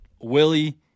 Willie